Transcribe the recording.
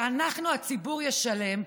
שאנחנו הציבור משלם,